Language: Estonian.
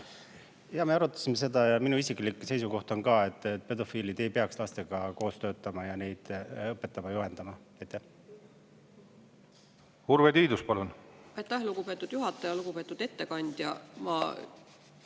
Me arutasime seda ja minu isiklik seisukoht on ka, et pedofiilid ei peaks lastega töötama ega neid õpetama ja juhendama. Urve Tiidus, palun!